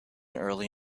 early